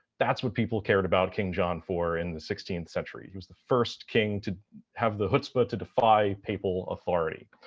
that's what people cared about king john for in the sixteenth century he was the first king to have the hutzpah to defy papal authority.